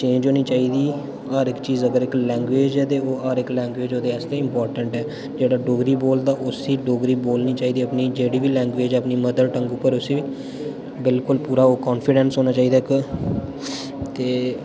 change होनी चाहिदी हर इक चीज़ अगर इक लैंग्वेज़ ऐ ते ओह् हर इक लैंग्वेज़ आस्तै इम्पोर्टेंट ऐ जेह्ड़ा डोगरी बोलदा उसी डोगरी बोलनी चाहिदी अपनी जेह्ड़ी बी लैंग्वेज़ ऐ अपनी मदर टंग उप्पर उसी बिल्कुल पूरा ओह् कॉन्फिडेंस होना चाहिदा इक ते